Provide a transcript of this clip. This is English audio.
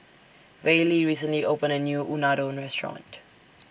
Reilly recently opened A New Unadon Restaurant